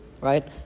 right